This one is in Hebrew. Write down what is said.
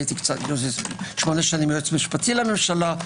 הייתי 8 שנים יועץ משפטי לממשלה,